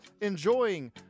enjoying